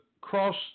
cross